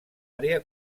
àrea